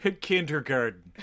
kindergarten